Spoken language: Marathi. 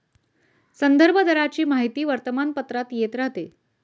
संदर्भ दराची माहिती वर्तमानपत्रात येत राहते